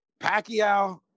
Pacquiao